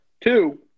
Two